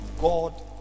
God